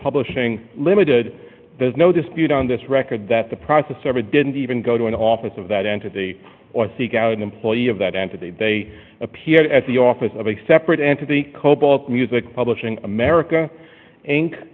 publishing ltd there's no dispute on this record that the process server didn't even go to an office of that entity or seek out an employee of that entity they appear as the office of a separate entity cobalt music publishing america in